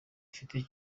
afite